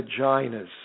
vaginas